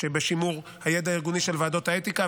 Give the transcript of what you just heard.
שבשימור הידע הארגוני של ועדות האתיקה,